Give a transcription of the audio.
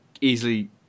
easily